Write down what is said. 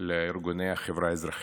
לארגוני החברה האזרחית,